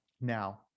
now